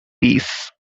peace